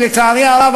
ולצערי הרב,